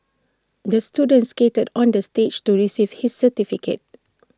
the student skated on the stage to receive his certificate